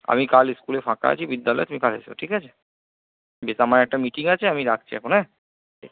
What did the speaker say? আমি কাল স্কুলে ফাঁকা আছি বিদ্যালয় তুমি কাল এসো ঠিক আছে বেশ আমার একটা মিটিং আছে আমি রাখছি এখন হ্যাঁ